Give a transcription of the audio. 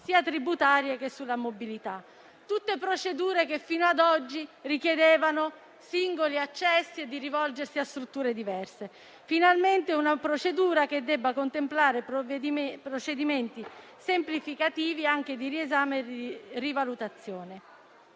sia tributarie che sulla mobilità. Tutte queste procedure fino ad oggi richiedevano singoli accessi e la necessità di rivolgersi a strutture diverse; finalmente una procedura che debba contemplare procedimenti semplificativi anche di riesame e rivalutazione.